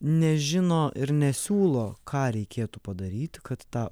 nežino ir nesiūlo ką reikėtų padaryt kad tą